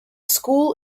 school